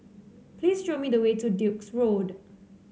please show me the way to Duke's Road